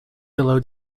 below